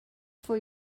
for